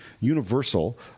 universal